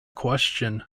question